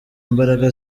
imbaraga